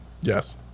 Yes